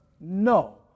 No